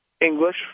English